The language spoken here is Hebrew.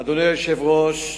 אדוני היושב-ראש,